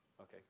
Okay